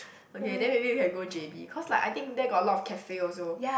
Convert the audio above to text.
okay then maybe we can go J_B cause like I think there got a lot of cafe also